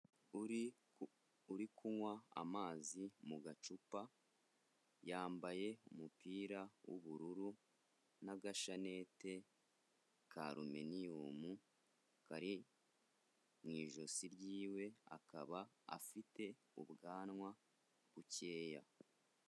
Uri kunywa amazi mu gacupa, yambaye umupira w'ubururu, n'agashanete ka luminiyumu kari mu ijosi ry'iwe, akaba afite ubwanwa bukeya.